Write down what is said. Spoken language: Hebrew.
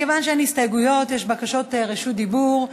מכיוון שאין הסתייגויות, יש בקשות רשות דיבור,